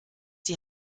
die